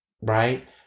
right